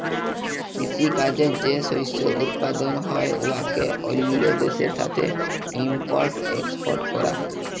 কিসি কাজে যে শস্য উৎপাদল হ্যয় উয়াকে অল্য দ্যাশের সাথে ইম্পর্ট এক্সপর্ট ক্যরা